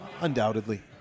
Undoubtedly